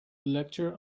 lecture